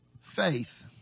Faith